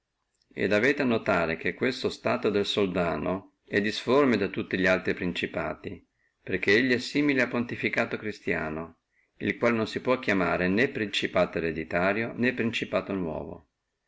et avete a notare che questo stato del soldano è disforme da tutti li altri principati perché elli è simile al pontificato cristiano il quale non si può chiamare né principato ereditario né principato nuovo